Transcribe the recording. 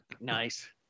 Nice